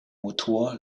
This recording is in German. motor